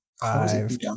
Five